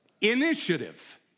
initiative